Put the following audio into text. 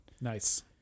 Nice